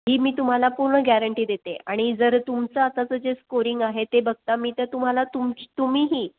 ही मी तुम्हाला पूर्ण गॅरंटी देते आणि जर तुमचा आत्ताचं जे स्कोरिंग आहे ते बघता मी तर तुम्हाला तुमची तुम्हीही